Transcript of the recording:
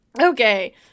okay